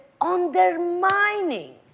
undermining